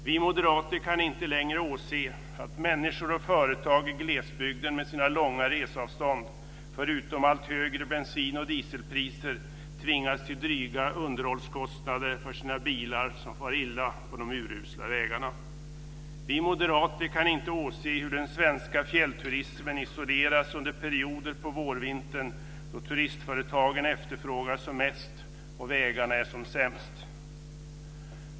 Vi moderater kan inte längre åse att människor och företag i glesbygden med sina långa resavstånd förutom allt högre bensin och dieselpriser tvingas till dryga underhållskostnader för sina bilar, som far illa på de urusla vägarna. Vi moderater kan inte åse hur den svenska fjällturismen isoleras under perioder på vårvintern, då turistföretagen efterfrågas som mest och vägarna är som sämst.